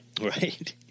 Right